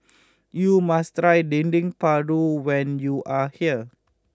you must try Dendeng Paru when you are here